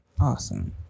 awesome